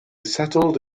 settled